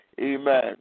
Amen